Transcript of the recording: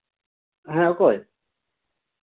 ᱦᱮᱸ ᱚᱠᱚᱭ